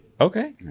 Okay